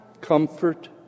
Comfort